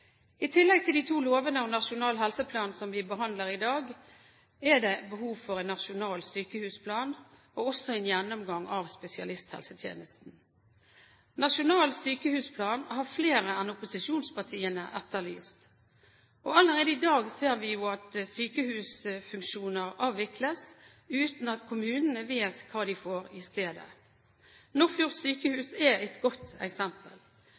I tillegg til de to lovene og Nasjonal helseplan, som vi behandler i dag, er det behov for en nasjonal sykehusplan, og også en gjennomgang av spesialisthelsetjenesten. Nasjonal sykehusplan har flere enn opposisjonspartiene etterlyst. Allerede i dag ser vi at sykehusfunksjoner avvikles, uten at kommunene vet hva de får i stedet. Nordfjord sjukehus er et godt eksempel.